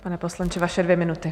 Pane poslanče, vaše dvě minuty.